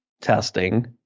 testing